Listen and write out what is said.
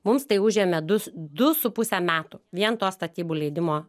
mums tai užėmė du s du su puse metų vien to statybų leidimo